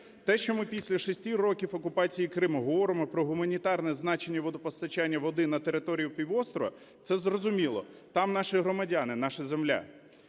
Те, що ми після шести років окупації Криму говоримо про гуманітарне значення водопостачання води на територію півострова, це зрозуміло, там наші громадяни, наша земля.